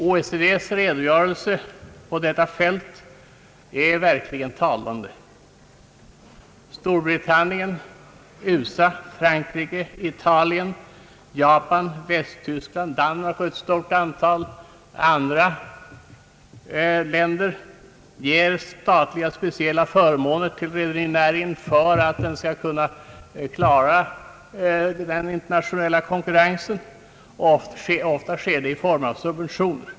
OECD:s redogörelse för förhållandena på detta fält är verkligen talande. Storbritannien, USA, Frankrike, Italien, Japan, Västtyskland, Danmark och ett stort antal andra länder ger speciella statliga förmåner till rederinäringen för att den skall kunna klara den internationella konkurrensen. Ofta ges dessa förmåner i form av subventioner.